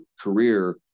career